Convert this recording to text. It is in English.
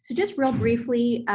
so just real briefly,